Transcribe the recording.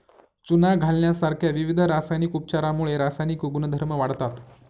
चुना घालण्यासारख्या विविध रासायनिक उपचारांमुळे रासायनिक गुणधर्म वाढतात